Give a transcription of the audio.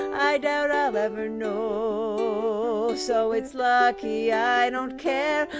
i doubt i'll ever know, so it's lucky i don't care.